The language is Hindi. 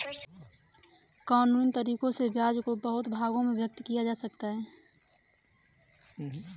कानूनन तरीकों से ब्याज को बहुत से भागों में विभक्त किया जा सकता है